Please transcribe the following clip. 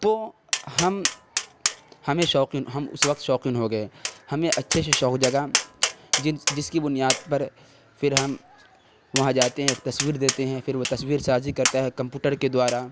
تو ہم ہمیں شوقین ہم اس وقت شوقین ہو گئے ہمیں اچھے سے شوق جگا جن جس کی بنیاد پر پھر ہم وہاں جاتے ہیں ایک تصویر دیتے ہیں پھر وہ تصویر سازی کرتا ہے کمپوٹر کے دوارا